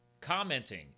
commenting